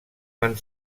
van